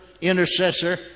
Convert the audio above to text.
intercessor